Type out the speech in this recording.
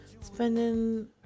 Spending